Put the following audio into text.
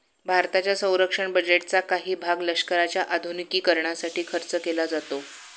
भारताच्या संरक्षण बजेटचा काही भाग लष्कराच्या आधुनिकीकरणासाठी खर्च केला जातो